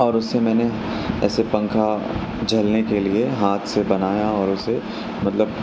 اور اُس سے میں نے ایسے پنکھا جھیلنے کے لئے ہاتھ سے بنایا اور اُسے مطلب